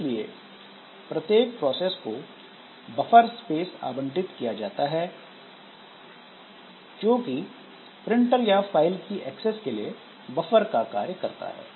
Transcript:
इसलिए प्रत्येक प्रोसेस को बफर स्पेस आवंटित किया जाता है जोकि प्रिंटर या फाइल की एक्सेस के लिए बफर का कार्य करता है